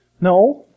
No